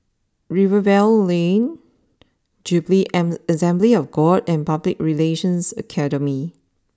Rivervale Lane Jubilee Assembly of God and Public Relations Academy